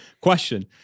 Question